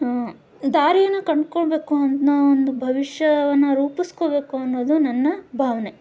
ದಾರಿಯನ್ನು ಕಂಡುಕೊಳ್ಬೇಕು ಅನ್ನೋ ಒಂದು ಭವಿಷ್ಯವನ್ನು ರೂಪಿಸ್ಕೋಬೇಕು ಅನ್ನೋದು ನನ್ನ ಭಾವನೆ